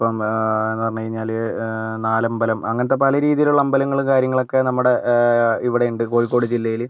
ഇപ്പം എന്ന് പറഞ്ഞ് കഴിഞ്ഞാല് നാലമ്പലം അങ്ങനത്തെ പല രീതിയിലുള്ള അമ്പലങ്ങളും കാര്യങ്ങളൊക്കെ നമ്മുടെ ഇവിടെയുണ്ട് കോഴിക്കോട് ജില്ലയില്